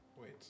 Wait